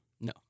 no